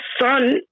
son